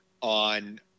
on